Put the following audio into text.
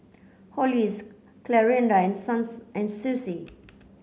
Hollis Clarinda and Suns and Susie